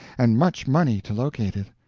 and much money, to locate it.